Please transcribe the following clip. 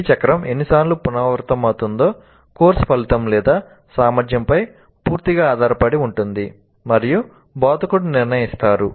ఈ చక్రం ఎన్నిసార్లు పునరావృతమవుతుందో కోర్సు ఫలితం లేదా సామర్థ్యంపై పూర్తిగా ఆధారపడి ఉంటుంది మరియు బోధకుడు నిర్ణయిస్తారు